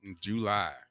July